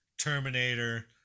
Terminator